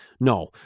No